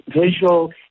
visual